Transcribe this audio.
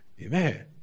Amen